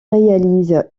réalise